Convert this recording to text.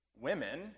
women